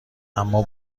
اما